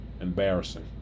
Embarrassing